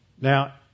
now